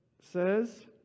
says